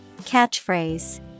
Catchphrase